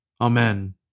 Amen